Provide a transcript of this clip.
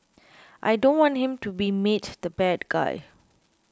I don't want him to be made the bad guy